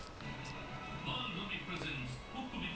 orh எப்ப:eppa kinnichi வரும்:varum